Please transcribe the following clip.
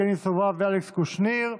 יבגני סובה ואלכס קושניר,